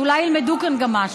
אולי גם ילמדו כאן משהו.